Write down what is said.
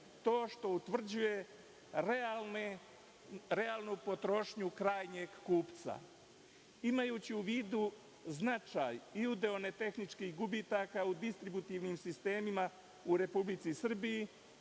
to što utvrđuje realnu potrošnju krajnjeg kupca“.„Imajući u vidu značaj i udeo ne tehničkih gubitaka u distributivnim sistemima u Republici Srbiji,